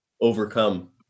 Overcome